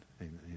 Amen